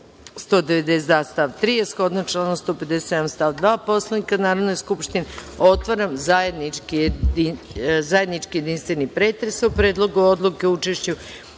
192. stav 3, a shodno članu 157. stav 2. Poslovnika Narodne skupštine, otvaram zajednički jedinstveni pretres o Predlogu odluke o učešću